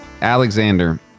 Alexander